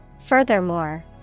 Furthermore